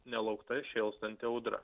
nelaukta šėlstanti audra